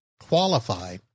qualify